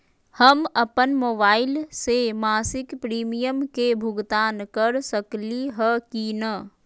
हम अपन मोबाइल से मासिक प्रीमियम के भुगतान कर सकली ह की न?